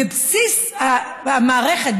בבסיס המערכת,